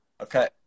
Okay